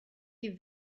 give